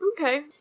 Okay